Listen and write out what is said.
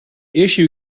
issue